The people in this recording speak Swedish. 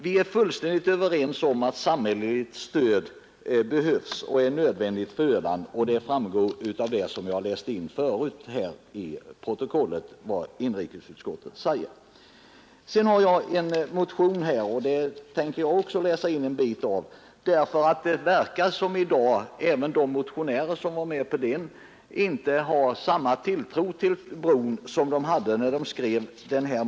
Vi är fullständigt överens om att samhälleligt stöd behövs och är nödvändigt för Öland. Det framgick av det som jag förut läste in till protokollet av utskottets betänkande. Nu tänker jag också läsa in till protokollet ett avsnitt av en motion till 1958 års B-riksdag. Det verkar nämligen som om en del av de motionärer som stod bakom den motionen i dag inte har samma tilltro till bron som de hade då.